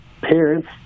parents